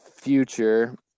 future